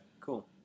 cool